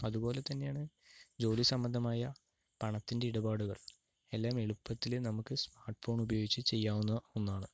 അതുപോലെതന്നെയാണ് ജോലിസംബന്ധമായ പണത്തിൻ്റെ ഇടപാടുകൾ എല്ലാം എളുപ്പത്തിൽ നമുക്ക് സ്മാർട്ട്ഫോൺ ഉപയോഗിച്ച് ചെയ്യാവുന്ന ഒന്നാണ്